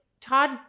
Todd